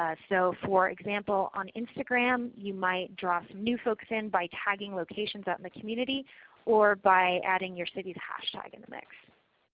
ah so for example, on instagram you might draw new folks in by tagging locations out in the community or by adding your city's hashtag in the mix.